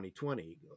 2020